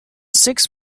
six